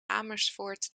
amersfoort